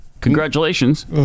Congratulations